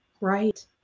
Right